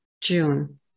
June